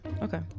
Okay